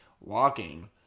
walking –